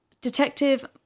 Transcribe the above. Detective